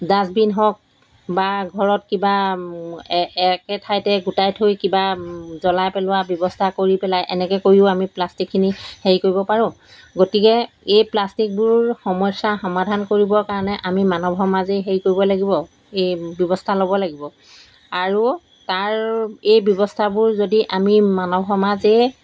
dustbin হওক বা ঘৰত কিবা এ একে ঠাইতে গোটাই থৈ কিবা জ্বলাই পেলোৱা ব্যৱস্থা কৰি পেলাই এনেকৈ কৰিও আমি প্লাষ্টিকখিনি হেৰি কৰিব পাৰোঁ গতিকে এই প্লাষ্টিকবোৰ সমস্যাৰ সমাধান কৰিবৰ কাৰণে আমি মানৱ সমাজেই হেৰি কৰিব লাগিব এই ব্যৱস্থা ল'ব লাগিব আৰু তাৰ এই ব্যৱস্থাবোৰ যদি আমি মানৱ সমাজেই